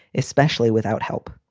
especially without help.